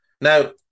Now